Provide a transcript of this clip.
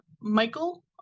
michael